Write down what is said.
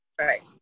Right